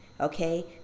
Okay